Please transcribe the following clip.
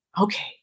okay